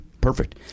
Perfect